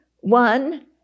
one